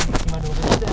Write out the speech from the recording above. ah